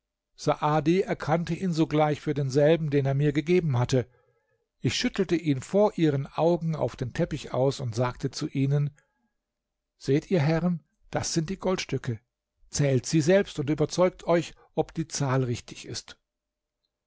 erkannte ihn sogleich für denselben den er mir gegeben hatte ich schüttelte ihn vor ihren augen auf den teppich aus und sagte zu ihnen seht ihr herren das sind die goldstücke zählt sie selbst und überzeugt euch ob die zahl richtig ist